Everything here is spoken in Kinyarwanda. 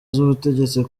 z’ubutegetsi